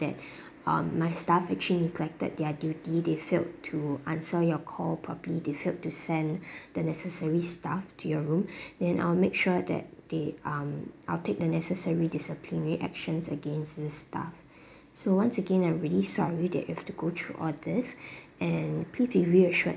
that um my staff actually neglected their duty they failed to answer your call properly they failed to send the necessary staff to your room then I'll make sure that they um I'll take the necessary disciplinary actions against this staff so once again I'm really sorry that you've to go through all these and please be reassured